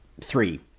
three